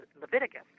Leviticus